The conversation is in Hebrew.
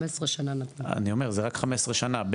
זה רק 15 שנים.